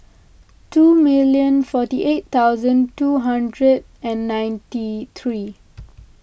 two minute forty eight thousand two hundred and ninety three